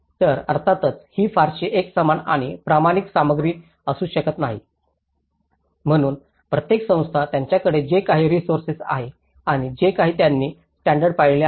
तर अर्थातच ही फारशी एकसमान आणि प्रमाणित सामग्री असू शकत नाही म्हणून प्रत्येक संस्था त्यांच्याकडे जे काही रिसोर्सेस आहे आणि जे काही त्यांनी स्टॅंडर्ड पाळले आहेत